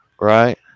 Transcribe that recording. Right